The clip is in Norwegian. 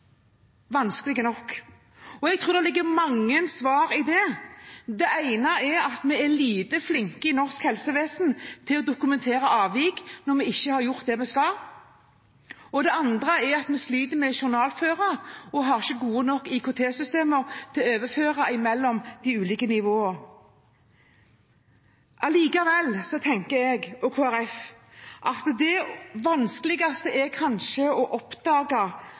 nok. Jeg tror det ligger mange svar i det. Det ene er at vi er lite flinke i norsk helsevesen til å dokumentere avvik når vi ikke har gjort det vi skal, det andre er at vi sliter med å journalføre og ikke har gode nok IKT-systemer til å overføre mellom de ulike nivåene. Allikevel tenker jeg og Kristelig Folkeparti at det vanskeligste kanskje er å oppdage den som er underernært, og kanskje aller vanskeligst å oppdage